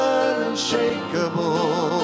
unshakable